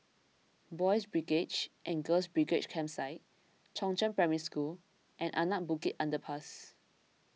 Boys' Brigade and Girls' Brigade Campsite Chongzheng Primary School and Anak Bukit Underpass